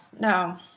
no